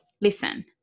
listen